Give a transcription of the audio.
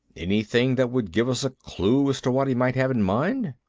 anything that would give us a clue as to what he might have in mind?